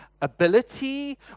ability